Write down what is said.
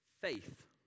Faith